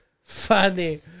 funny